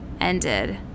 ended